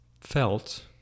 felt